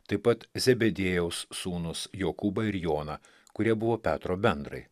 taip pat zebediejaus sūnus jokūbą ir joną kurie buvo petro bendrai